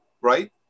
right